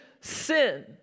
sin